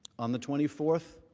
on the twenty fourth,